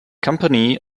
company